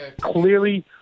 clearly